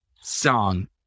song